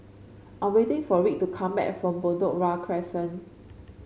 I'm waiting for Wright to come back from Bedok Ria Crescent